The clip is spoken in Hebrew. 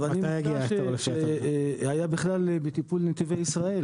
--- היה בכלל בטיפול נתיבי ישראל.